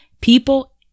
People